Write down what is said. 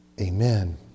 amen